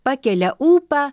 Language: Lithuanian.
pakelia ūpą